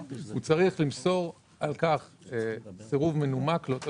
הוא צריך למסור על כך סירוב מנומק לאותו